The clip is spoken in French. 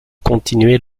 continuer